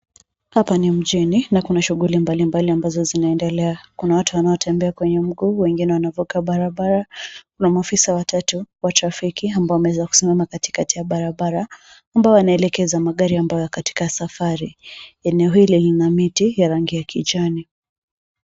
Hapa ni mjini na kuna shughuli mbalimbali ambazo zinaendelea. Kuna watu wanaotembea kwa miguu, wengine wanavuka barabara, na maafisa watatu wa trafiki ambao wamesimama katikati ya barabara, ambao wanaelekeza magari ambayo yapo katika safari. Eneo hili lina miti ya rangi ya kijani.